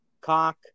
Cock